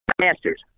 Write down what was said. masters